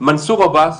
מנסור עבאס